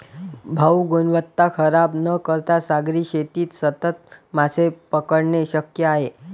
भाऊ, गुणवत्ता खराब न करता सागरी शेतीत सतत मासे पकडणे शक्य आहे